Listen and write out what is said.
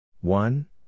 One